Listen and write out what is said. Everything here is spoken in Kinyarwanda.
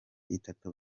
itatu